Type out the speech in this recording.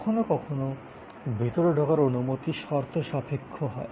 কখনও কখনও ভিতরে ঢোকার অনুমতি শর্তসাপেক্ষ হয়